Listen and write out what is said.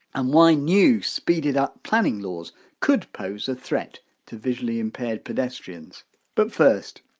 and why new speeded up planning laws could pose a threat to visually impaired pedestrians but first,